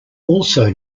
also